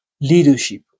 leadership